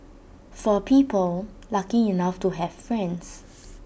for people lucky enough to have friends